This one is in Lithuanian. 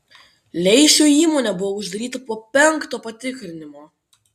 leišio įmonė buvo uždaryta po penkto patikrinimo